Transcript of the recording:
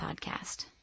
podcast